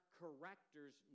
correctors